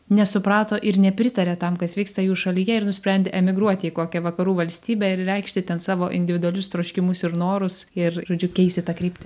nesuprato ir nepritaria tam kas vyksta jų šalyje ir nusprendė emigruoti į kokią vakarų valstybę ir reikšti ten savo individualius troškimus ir norus ir žodžiu keisti tą kryptį